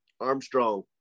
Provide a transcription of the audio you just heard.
Armstrong